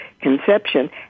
conception